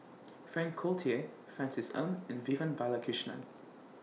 Frank Cloutier Francis Ng and Vivian Balakrishnan